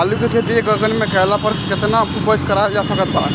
आलू के खेती एक एकड़ मे कैला पर केतना उपज कराल जा सकत बा?